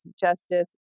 Justice